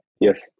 Yes